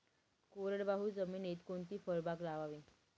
कोरडवाहू जमिनीत कोणती फळबाग लावावी?